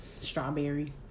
strawberry